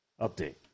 update